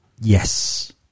yes